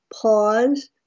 pause